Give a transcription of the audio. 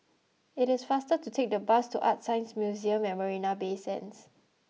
it is faster to take the bus to ArtScience Museum at Marina Bay Sands